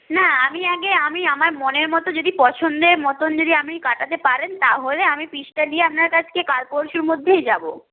না আমি আগে আমি আমার মনের মতো যদি পছন্দের মতন যদি আপনি কাটাতে পারেন তাহলে আমি পিসটা নিয়ে আপনার কাছে কাল পরশুর মধ্যেই যাব